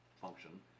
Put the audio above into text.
function